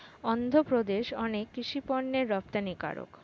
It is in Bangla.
অন্ধ্রপ্রদেশ অনেক কৃষি পণ্যের রপ্তানিকারক